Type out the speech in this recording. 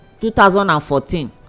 2014